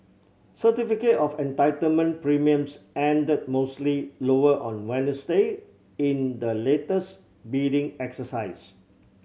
certificate of Entitlement premiums ended mostly lower on Wednesday in the latest bidding exercise